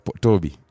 Toby